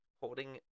holding